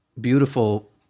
beautiful